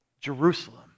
Jerusalem